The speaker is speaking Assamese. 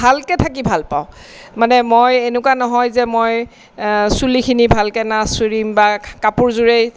ভালকে থাকি ভাল পাওঁ মানে মই এনেকুৱা নহয় যে মই চুলিখিনি ভালকে নাআচোৰিম বা কাপোৰযোৰেই